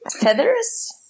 feathers